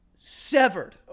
severed